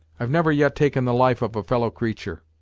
i've never yet taken the life of a fellow-creatur'.